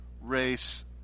race